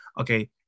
okay